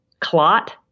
clot